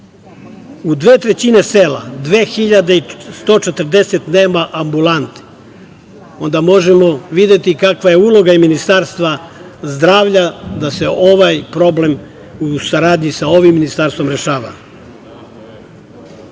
U dve trećine sela 2.140 nema ambulante. Onda možemo videti kakva je uloga Ministarstva zdravlja da se ovaj problem sa ovim ministarstvom